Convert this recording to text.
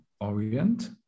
Orient